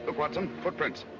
but watson's footprints!